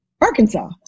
Arkansas